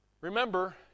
Remember